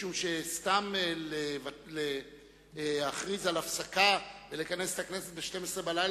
משום שסתם להכריז על הפסקה ולכנס את הכנסת ב-24:00,